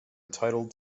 entitled